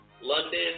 London